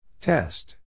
Test